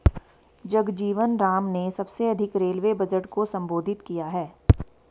जगजीवन राम ने सबसे अधिक रेलवे बजट को संबोधित किया है